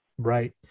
Right